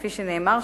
כפי שנאמר,